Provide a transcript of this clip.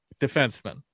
defenseman